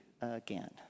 again